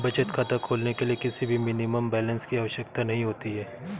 बचत खाता खोलने के लिए किसी भी मिनिमम बैलेंस की आवश्यकता नहीं होती है